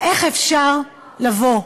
איך אפשר לבוא,